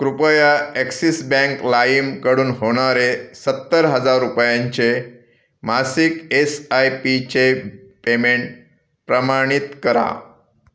कृपया Axis Bank लाईमकडून होणारे सत्तर हजार रुपयांचे मासिक एस आय पीचे पेमेंट प्रमाणित करा